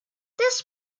this